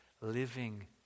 living